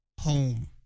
home